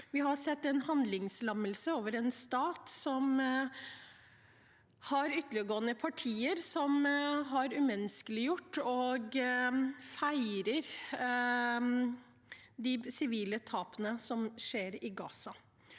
Vi har sett en handlingslammelse overfor en stat som har ytterliggående partier som har umenneskeliggjort og feiret de sivile tapene som skjer i Gaza.